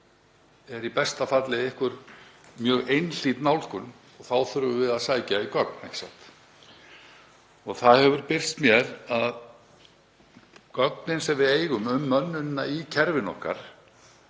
er í besta falli mjög einhlít nálgun og þá þurfum við að sækja gögn, ekki satt? Það hefur birst mér að gögnin sem við eigum um mönnun í kerfinu okkar,